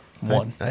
One